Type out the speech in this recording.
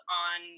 on